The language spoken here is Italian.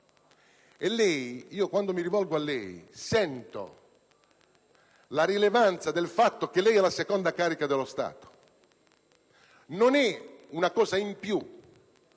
a lei, signor Presidente, sento la rilevanza del fatto che lei è la seconda carica dello Stato. Non è una cosa in più.